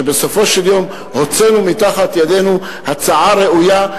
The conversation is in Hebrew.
שבסופו של דבר הוצאנו מתחת ידינו הצעה ראויה,